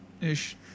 ish